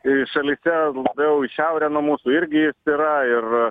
ir šalyse labiau į šiaurę nuo mūsų irgi jis yra ir